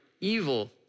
evil